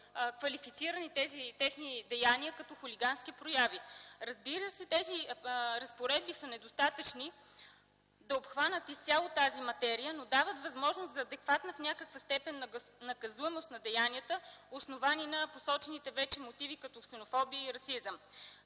квалифицирани като хулигански прояви. Разбира се, тези разпоредби са недостатъчни да обхванат изцяло тази материя, но дават възможност за адекватна в някаква степен наказуемост на деянията, основани на посочените вече мотиви, като ксенофобия и расизъм.